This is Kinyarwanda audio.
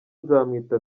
nzamwita